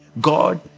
God